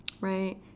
right